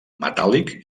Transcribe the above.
metàl·lic